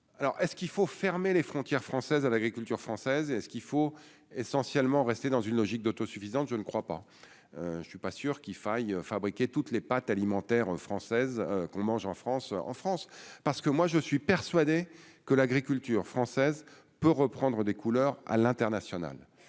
est-ce qu'il faut fermer les frontières françaises à l'agriculture française et ce qu'il faut essentiellement rester dans une logique d'auto-suffisante, je ne crois pas, je ne suis pas sûr qu'il faille fabriquer toutes les pâtes alimentaires françaises qu'on mange en France en France, parce que moi je suis persuadé que l'agriculture française peut reprendre des couleurs à l'international,